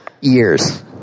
Years